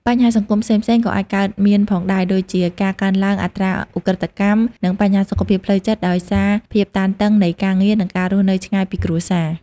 បញ្ហាសង្គមផ្សេងៗក៏អាចកើតមានផងដែរដូចជា ការកើនឡើងអត្រាឧក្រិដ្ឋកម្ម និងបញ្ហាសុខភាពផ្លូវចិត្តដោយសារភាពតានតឹងនៃការងារ និងការរស់នៅឆ្ងាយពីគ្រួសារ។